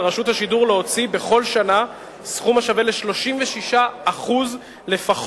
על רשות השידור להוציא בכל שנה סכום השווה ל-36% לפחות